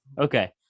Okay